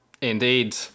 indeed